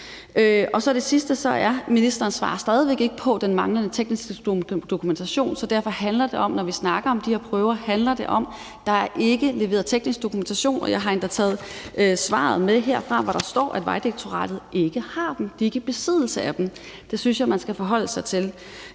Det sidste er, at ministeren stadig ikke svarer på den manglende tekniske dokumentation, så når vi snakker om de her prøver, handler det om, at der ikke er leveret teknisk dokumentation. Jeg har endda taget svaret med, hvor der står, at Vejdirektoratet ikke har dem. De er ikke i besiddelse af dem. Det synes jeg man skal forholde sig til.